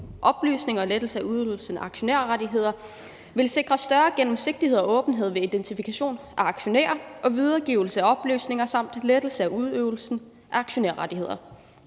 oplysninger og lettelse af udøvelsen af aktionærrettigheder vil sikre større gennemsigtighed og åbenhed ved identifikation af aktionærer og videregivelse af oplysninger samt lettelse af udøvelsen af aktionærrettigheder.